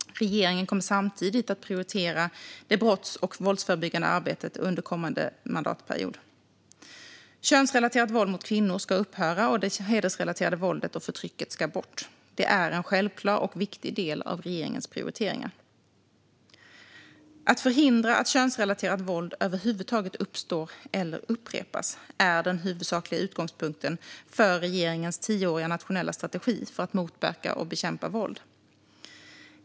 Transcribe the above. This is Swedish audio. Regeringen kommer samtidigt att prioritera det brotts och våldsförebyggande arbetet under kommande mandatperiod. Könsrelaterat våld mot kvinnor ska upphöra, och det hedersrelaterade våldet och förtrycket ska bort. Det är en självklar och viktig del av regeringens prioriteringar. Att förhindra att könsrelaterat våld över huvud taget uppstår eller upprepas är den huvudsakliga utgångspunkten för regeringens tioåriga nationella strategi för att motverka och bekämpa våld.